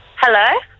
Hello